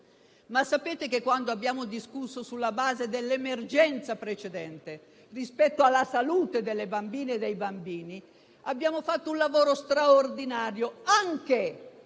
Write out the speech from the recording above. però che quando abbiamo discusso sulla base dell'emergenza precedente, rispetto alla salute delle bambine e dei bambini, abbiamo fatto un lavoro straordinario anche